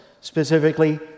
specifically